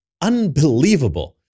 unbelievable